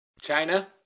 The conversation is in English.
China